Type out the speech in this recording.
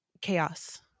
chaos